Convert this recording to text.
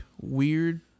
weird